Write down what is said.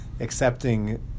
accepting